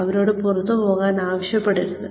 അവരോട് പുറത്തുപോകാൻ ആവശ്യപ്പെടരുത്